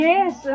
Yes